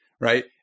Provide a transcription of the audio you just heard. right